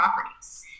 properties